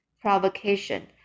Provocation